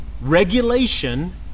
regulation